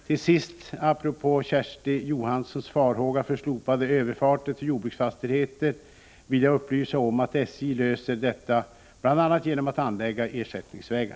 Till sist apropå Kersti Johanssons farhåga för slopade överfarter till jordbruksfastigheter vill jag upplysa om att SJ löser detta bl.a. genom att anlägga ersättningsvägar.